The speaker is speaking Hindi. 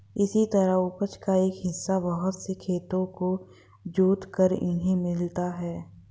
इसी तरह उपज का एक हिस्सा बहुत से खेतों को जोतकर इन्हें मिलता है